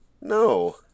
No